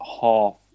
half